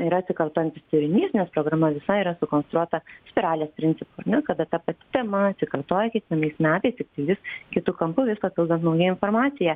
yra atsikartojantis turinys nes programa visa yra sukonstruota spiralės principu ar ne kada ta pati tema atsikartoja kiekvienais metais tik vis kitu kampu vis papildant nauja informacija